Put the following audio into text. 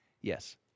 Yes